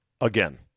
again